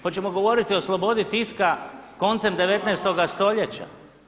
Hoćemo govoriti o slobodi tiska koncem 19.-toga stoljeća.